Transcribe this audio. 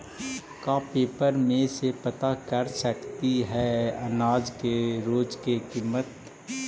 का पेपर में से पता कर सकती है अनाज के रोज के किमत?